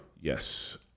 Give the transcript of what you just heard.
Yes